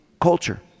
culture